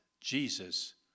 Jesus